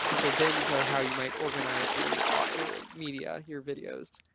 so bins are how you might organize your media, your videos.